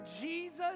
Jesus